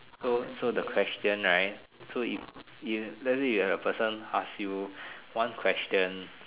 so so the question right so if if let's say you have a person ask you one question